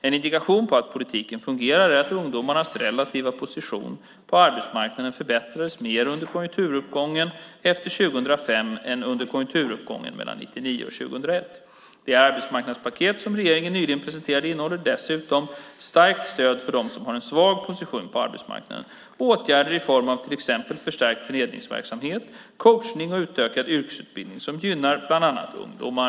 En indikation på att politiken fungerar är att ungdomarnas relativa position på arbetsmarknaden förbättrades mer under konjunkturuppgången efter 2005 än under uppgången mellan 1999 och 2001. Det arbetsmarknadspaket som regeringen nyligen presenterade innehåller dessutom stärkt stöd för dem som har en svag position på arbetsmarknaden. Åtgärder i form av till exempel förstärkt förmedlingsverksamhet, coachning och utökad yrkesutbildning kommer att gynna bland annat ungdomar.